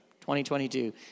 2022